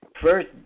First